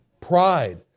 pride